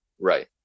right